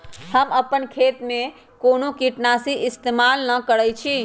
हम अपन खेत में कोनो किटनाशी इस्तमाल न करई छी